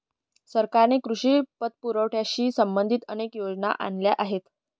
सरकारने कृषी पतपुरवठ्याशी संबंधित अनेक योजना आणल्या आहेत